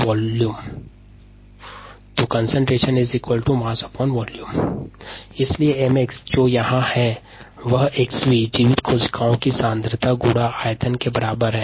massconcentration×volume द्रव्यमान सांद्रता मात्रा इसलिए 𝑚𝑥 𝑥𝑣 जो जीवित कोशिकाओं की सांद्रता है गुणा मात्रा के बराबर है